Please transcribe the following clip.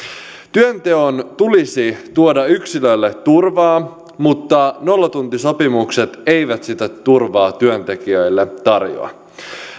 työnteon tulisi tuoda yksilölle turvaa mutta nollatuntisopimukset eivät sitä turvaa työntekijöille tarjoa